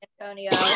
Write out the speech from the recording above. Antonio